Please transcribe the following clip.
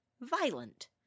Violent